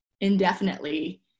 indefinitely